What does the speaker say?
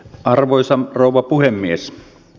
arvoisa rouva puhemies